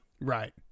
Right